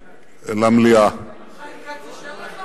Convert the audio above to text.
כביש לטייבה, חבר הכנסת יואל חסון, תיזהר.